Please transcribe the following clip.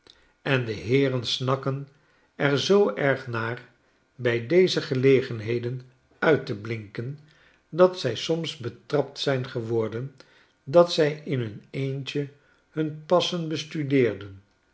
en de heeren snakken er zoo erg naar bij deze gelegenheden uit te blinken dat zij soms betrapt zijn geworden dat zij in hun eentje hun passen bestudeerden